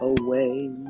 away